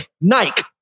Nike